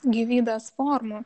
gyvybės formų